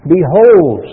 Behold